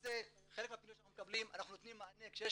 חלק מהפניות שאנחנו מקבלים אנחנו נותנים מענה כשיש